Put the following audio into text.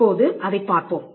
இப்போது அதைப் பார்ப்போம்